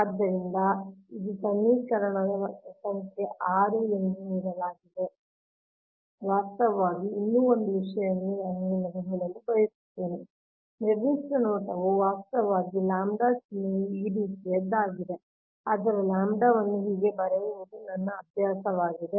ಆದ್ದರಿಂದ ಇದರಲ್ಲಿ ಸಮೀಕರಣ ಸಂಖ್ಯೆ 6 ನೀಡಲಾಗಿದೆ ಆದ್ದರಿಂದ ವಾಸ್ತವವಾಗಿ ಇನ್ನೂ ಒಂದು ವಿಷಯವನ್ನು ನಾನು ಹೇಳಲು ಬಯಸುತ್ತೇನೆ ನಿರ್ದಿಷ್ಟ ನೋಟವು ವಾಸ್ತವವಾಗಿ ಲ್ಯಾಂಬ್ಡಾ ಚಿಹ್ನೆಯು ಈ ರೀತಿಯದ್ದಾಗಿದೆ ಆದರೆ ಲ್ಯಾಂಬ್ಡಾವನ್ನು ಹೀಗೆ ಬರೆಯುವುದು ನನ್ನ ಅಭ್ಯಾಸವಾಗಿದೆ